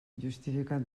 justificant